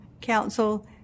council